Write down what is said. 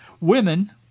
Women